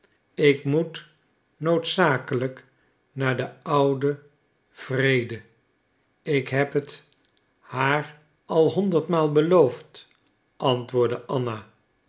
ik moet noodzakelijk naar de oude wrede ik heb het haar al honderd maal beloofd antwoordde anna